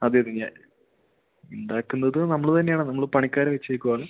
അതേയതെ ഞാൻ ഉണ്ടാക്കുന്നത് നമ്മൾ തന്നെയാണ് നമ്മൾ പണിക്കാരെ വെച്ചേക്കുവാണ്